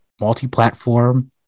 multi-platform